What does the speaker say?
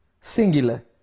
singular